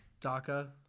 DACA